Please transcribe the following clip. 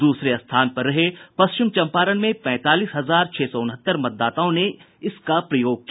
दूसरे स्थान पर रहे पश्चिम चंपारण में पैंतालीस हजार छह सौ उनहत्तर मतदाताओं ने इसका प्रयोग किया